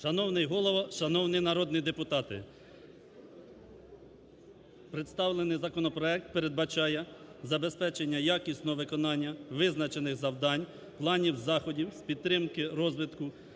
Шановний Голово! Шановні народні депутати! Представлений законопроект передбачає забезпечення якісного виконання визначених завдань, планів заходів з підтримки розвитку